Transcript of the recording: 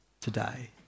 today